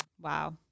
Wow